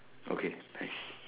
okay nice